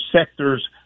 sectors